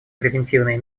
превентивные